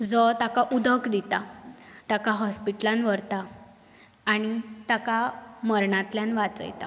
जो ताका उदक दिता ताका हॉस्पिटलान व्हरता आनी ताका मरणांतल्यान वांचयता